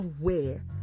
aware